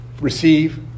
Receive